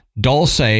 Dulce